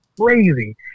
crazy